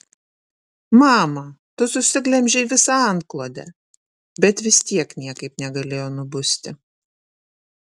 mama tu susiglemžei visą antklodę bet vis tiek niekaip negalėjo nubusti